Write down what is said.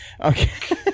okay